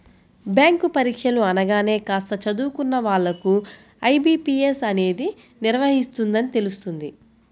bank పరీక్షలు అనగానే కాస్త చదువుకున్న వాళ్ళకు ఐ.బీ.పీ.ఎస్ అనేది నిర్వహిస్తుందని తెలుస్తుంది